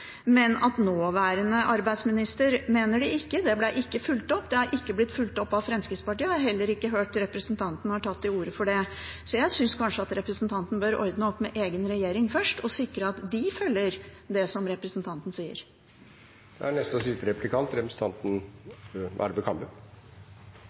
men at nåværende arbeidsminister mener det ikke. Det har ikke blitt fulgt opp. Det har ikke blitt fulgt opp av Fremskrittspartiet, og jeg har heller ikke hørt representanten har tatt til orde for det. Så jeg synes representanten bør ordne opp med egen regjering først og sikre at de følger det som representanten sier. Det er